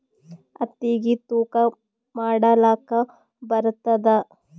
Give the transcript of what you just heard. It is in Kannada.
ಹತ್ತಿಗಿ ತೂಕಾ ಮಾಡಲಾಕ ಬರತ್ತಾದಾ?